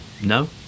No